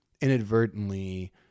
inadvertently